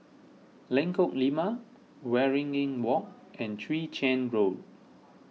Lengkok Lima Waringin Walk and Chwee Chian Road